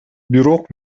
бирок